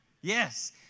Yes